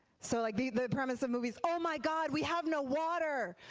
so like the the premise of movies oh my god we have no water!